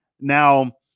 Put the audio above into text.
Now